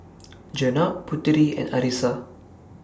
Jenab Putri and Arissa